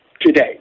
today